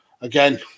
Again